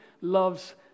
loves